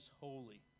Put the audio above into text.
holy